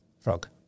Frog